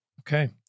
Okay